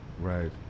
Right